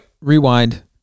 rewind